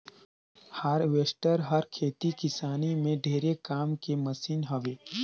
harvester हर खेती किसानी में ढेरे काम के मसीन हवे